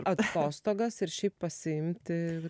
atostogas ir šiaip pasiimti